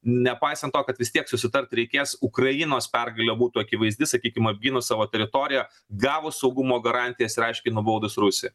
nepaisant to kad vis tiek susitarti reikės ukrainos pergalė būtų akivaizdi sakykim apgynus savo teritoriją gavus saugumo garantijas ir aiškiai nubaudus rusiją